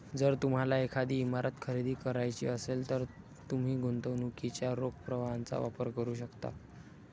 जर तुम्हाला एखादी इमारत खरेदी करायची असेल, तर तुम्ही गुंतवणुकीच्या रोख प्रवाहाचा वापर करू शकता